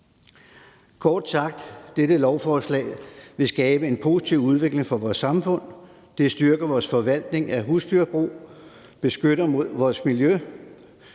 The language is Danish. Kort sagt vil dette lovforslag skabe en positiv udvikling for vores samfund. Det vil styrke vores forvaltning af husdyrbrug, beskytte vores miljø